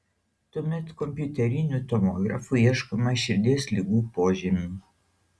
tuomet kompiuteriniu tomografu ieškoma širdies ligų požymių